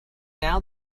now